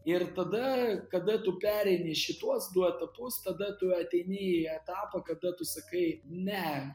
ir tada kada tu pereini šituos du etapus tada tu ateini į etapą kada tu sakai ne